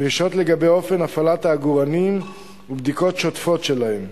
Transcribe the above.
דרישות לגבי אופן הפעלת העגורנים ובדיקות שוטפות שלהם.